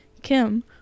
Kim